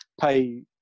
pay